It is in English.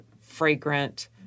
fragrant